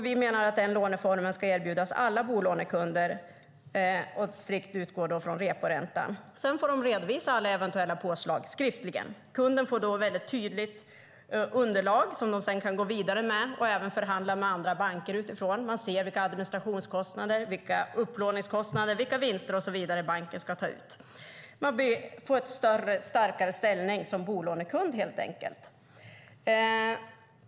Vi menar att den låneformen ska erbjudas alla bolånekunder och strikt utgå från reporäntan. Sedan får bankerna redovisa alla eventuella påslag skriftligen. Kunderna får då ett väldigt tydligt underlag som de sedan kan gå vidare med och även förhandla med andra banker utifrån. Man ser vilka administrationskostnader, vilka upplåningskostnader, vilka vinster och så vidare banken tar ut. Man får en starkare ställning som bolånekund helt enkelt.